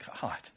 God